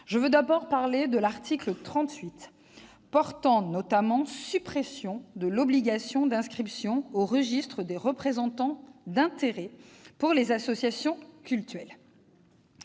Je veux d'abord parler de l'article 38 visant, notamment, à supprimer l'obligation d'inscription au registre des représentants d'intérêts pour les associations cultuelles.